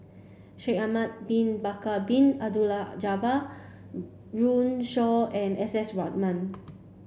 Shaikh Ahmad Bin Bakar Bin Abdullah Jabbar Runme Shaw and S S Ratnam